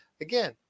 Again